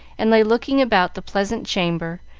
and lay looking about the pleasant chamber,